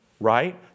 Right